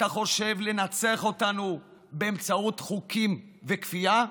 אתה חושב לנצח אותנו באמצעות חוקים וכפייה?